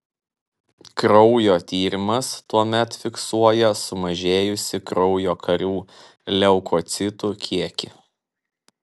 kraujo tyrimas tuomet fiksuoja sumažėjusį kraujo karių leukocitų kiekį